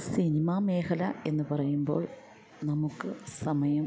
cinema മേഖല എന്നു പറയുമ്പോൾ നമുക്ക് സമയം